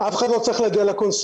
אף אחד לא צריך להגיע לקונסוליה,